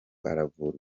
aravurwa